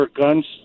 guns